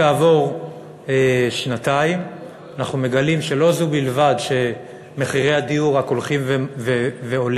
כעבור שנתיים אנחנו מגלים שלא זו בלבד שמחירי הדיור רק הולכים ועולים,